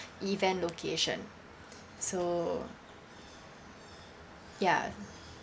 event location so ya